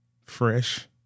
Fresh